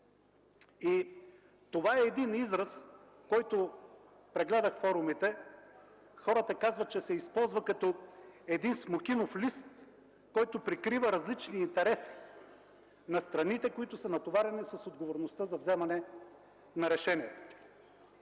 Това е израз, който, прегледах форумите, хората казват, че се използва като „един смокинов лист”, който прикрива различни интереси на страните, които са натоварени с отговорността за вземане на решението.